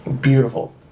Beautiful